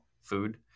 food